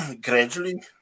gradually